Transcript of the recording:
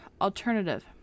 Alternative